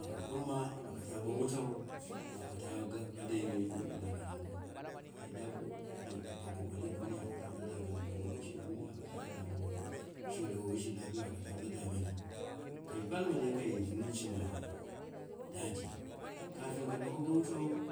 Aka parma aka ta ba wutau, aka taga akata bo dai nanarago nanarango alato bo dani bo boka b duniya aka ta nbo damani, bo nongo la duniya ala ta lo damoro, sherewo woshi lafiyau wa ta ba danyani, kai balana dai kai zumanci madaje, kafin ka doko ba wutau,